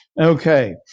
Okay